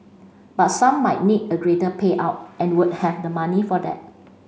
but some might need a greater payout and would have the money for that